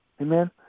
amen